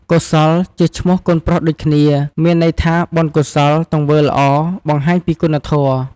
កុសលជាឈ្មោះកូនប្រុសដូចគ្នា មានន័យថាបុណ្យកុសល ទង្វើល្អ បង្ហាញពីគុណធម៌។